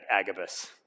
Agabus